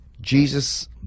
Jesus